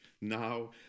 now